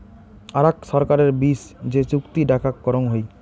আরাক ছরকারের বিচ যে চুক্তি ডাকাক করং হই